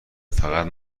فقط